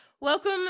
welcome